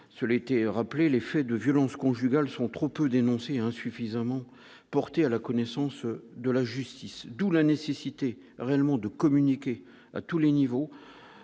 sur été rappelé les faits de violences conjugales sont trop peu dénoncée est insuffisamment porté à la connaissance de la justice, d'où la nécessité réellement de communiquer à tous les niveaux,